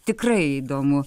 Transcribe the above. tikrai įdomu